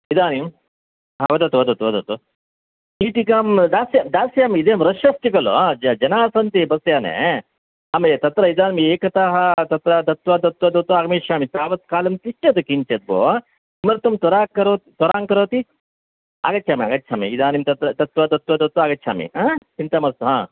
इदानीं हा वदतु वदतु वदतु चीटिकां दास्य दास्यामि इद् रश् अस्ति खलु ज् जनाः सन्ति बस् याने अहं तत्र इदानीं एकतः तत्र दत्वा दत्वा दत्वा आगमिष्यामि तावत् कालं तिष्ठतु किञ्चित् भोः किमर्थं त्वरा करो त्वरां करोति आगच्छामि आगच्छामि इदानीं तत्र दत्वा दत्वा दत्वा आगच्छामि चिन्ता मास्तु हा